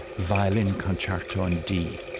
violin concerto in d,